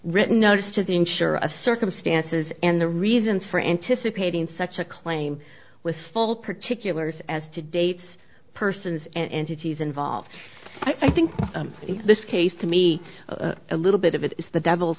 written notice to the insurer of circumstances and the reasons for anticipating such a claim with full particulars as to dates persons and entities involved i think in this case to me a little bit of it is the devil